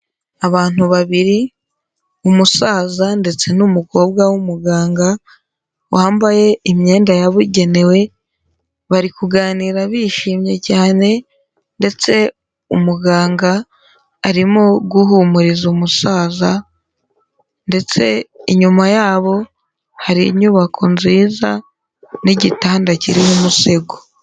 Abantu babiri umusaza ndetse n'umukobwa w'umuganga, wambaye imyenda yabugenewe, bari kuganira bishimye cyane ndetse umuganga arimo guhumuriza umusaza ndetse inyuma yabo hari inyubako nziza n'igitanda kirimo umusego.